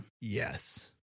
Yes